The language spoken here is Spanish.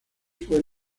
fue